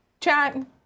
Chat